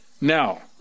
now